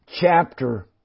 chapter